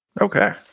Okay